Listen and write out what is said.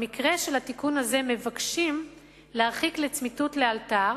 במקרה של התיקון הזה מבקשים להרחיק לצמיתות לאלתר,